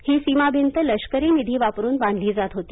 ही सीमा भिंत लष्करी निधी वापरुन बांधली जात होती